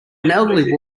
elderly